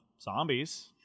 zombies